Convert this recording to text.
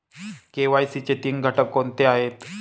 KYC चे तीन घटक कोणते आहेत?